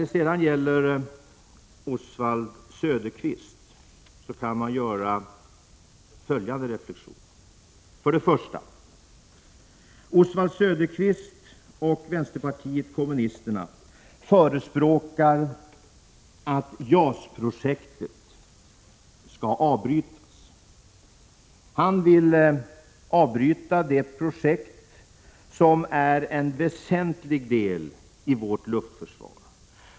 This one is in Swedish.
Med anledning av Oswald Söderqvists anförande skall jag göra följande reflexioner. Oswald Söderqvist och vänsterpartiet kommunisterna förespråkar att JAS-projektet skall avbrytas. Oswald Söderqvist vill avbryta det projekt som är en väsentlig del i vårt luftförsvar.